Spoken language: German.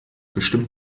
bestimmt